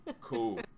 cool